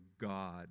God